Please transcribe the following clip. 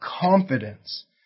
confidence